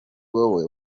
wowe